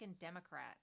Democrat